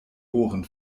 ohren